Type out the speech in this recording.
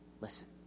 Listen